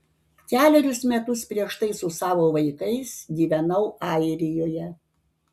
kelerius metus prieš tai su savo vaikais gyvenau airijoje